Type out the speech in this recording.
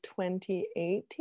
2018